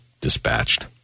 dispatched